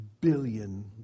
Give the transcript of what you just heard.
billion